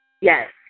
Yes